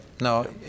No